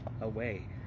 away